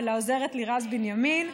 ולעוזרת לירז בנימין,